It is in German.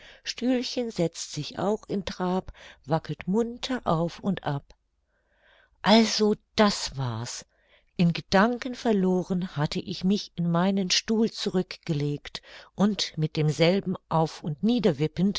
stühlchen setzt sich auch in trab wackelt munter auf und ab also das war's in gedanken verloren hatte ich mich in meinen stuhl zurück gelegt und mit demselben